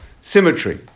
symmetry